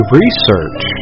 research